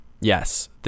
Yes